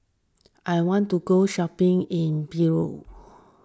I want to go shopping in Beirut